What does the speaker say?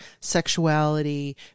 sexuality